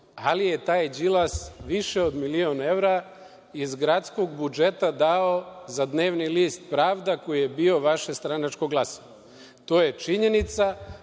ali je taj Đilas više od milion evra iz gradskog budžeta dao za dnevni list „Pravda“ koji je bio vaše stranačko glasilo. To je činjenica.